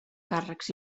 càrrecs